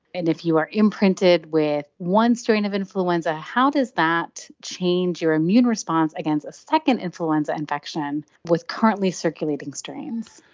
and if you are imprinted with one strand of influenza, how does that change your immune response against a second influenza infection with currently circulating strains?